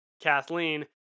kathleen